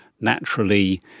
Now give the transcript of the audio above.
naturally